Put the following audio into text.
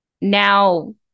Now